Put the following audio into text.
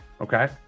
okay